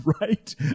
right